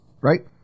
Right